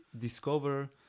discover